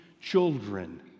children